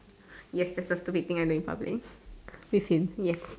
yes that's a stupid thing I do in public with him yes